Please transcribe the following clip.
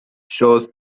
shows